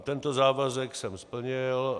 Tento závazek jsem splnil.